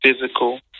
physical